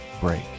break